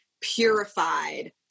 purified